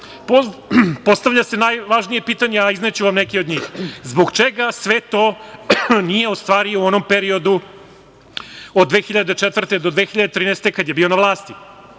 postavlja se najvažnije pitanje, a izneću vam neke od njih. Zbog čega sve to nije ostvario u onom periodu od 2004. do 2013. godine, kada je bio na vlasti?